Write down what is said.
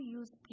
use